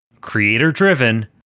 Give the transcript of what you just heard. creator-driven